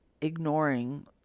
ignoring